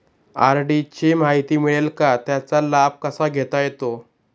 RD ची माहिती मिळेल का, त्याचा लाभ कसा घेता येईल?